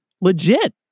legit